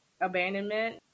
abandonment